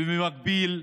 ובמקביל,